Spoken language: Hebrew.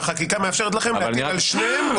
והחקיקה מאפשרת לכם להטיל על שניהם,